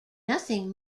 nothing